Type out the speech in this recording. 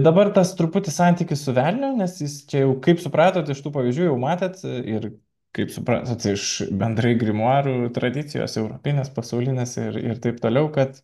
dabar tas truputį santykis su velniu nes jis čia jau kaip supratot iš tų pavyzdžių jau matėt ir kaip supratot iš bendrai grimuarų tradicijos europinės pasaulinės ir ir taip toliau kad